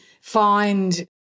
find